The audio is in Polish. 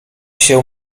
się